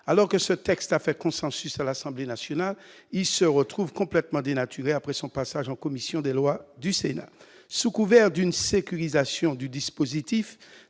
Alors que ce texte a fait consensus à l'Assemblée nationale, il se retrouve complètement dénaturé après son passage en commission des lois du Sénat. Sous couvert d'une sécurisation du dispositif,